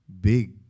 Big